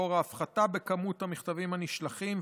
לאור ההפחתה בכמות המכתבים הנשלחים,